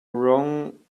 wrong